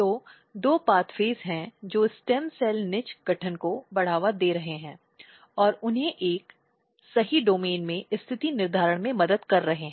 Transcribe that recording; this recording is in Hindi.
तो दो पाथवेज हैं जो स्टेम सेल निच गठन को बढ़ावा दे रहे हैं और उन्हें एक सही डोमेन में स्थिति निर्धारण में मदद कर रहे हैं